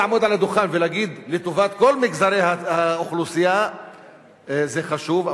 לעמוד על הדוכן ולהגיד לטובת כל מגזרי האוכלוסייה זה חשוב,